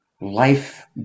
life